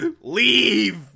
Leave